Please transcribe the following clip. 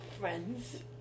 friends